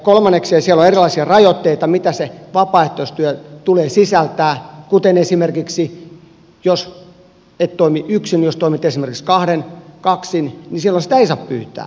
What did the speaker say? kolmanneksi siellä on erilaisia rajoitteita mitä vapaaehtoistyön tulee sisältää kuten jos et toimi yksin jos toimit esimerkiksi kaksin silloin sitä ei saa pyytää